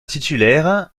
titulaire